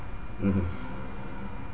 mmhmm